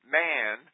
man